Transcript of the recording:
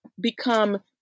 become